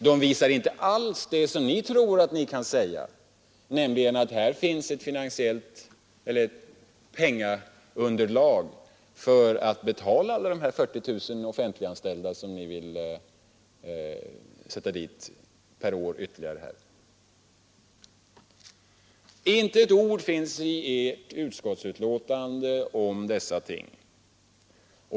De visar inte alls det som ni tror att ni kan påstå, nämligen att här finns ett penningunderlag för att betala alla de 40 000 offentliganställda som ni vill skall tillkomma varje år. Inte ett enda ord finns i ert utskottsbetänkande om dessa ting.